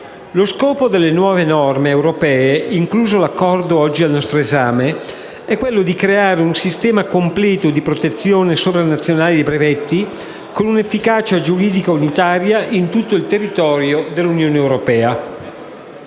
Lo scopo delle nuove norme europee, incluso l'Accordo oggi al nostro esame, è quello di creare un sistema completo di protezione sovranazionale dei brevetti, con un'efficacia giuridica unitaria in tutto il territorio dell'Unione europea.